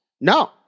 No